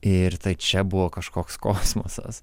ir tai čia buvo kažkoks kosmosas